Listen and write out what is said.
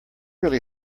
really